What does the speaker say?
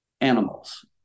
animals